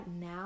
now